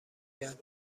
کرد